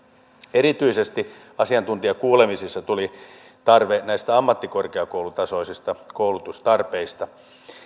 erityisesti asiantuntijakuulemisissa tuli tarve näistä ammattikorkeakoulutasoisista koulutustarpeista